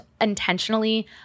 intentionally